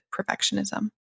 perfectionism